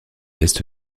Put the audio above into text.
est